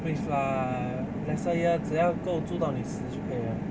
please lah lesser year 只要够住到你死就可以 liao